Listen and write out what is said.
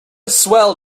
swell